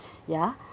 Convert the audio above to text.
ya